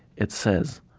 it says,